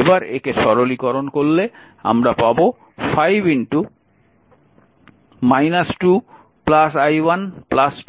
এবার একে সরলীকরণ করলে আমরা পাব 5 2 i1